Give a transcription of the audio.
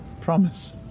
promise